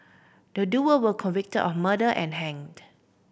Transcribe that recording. the duo were convicted of murder and hanged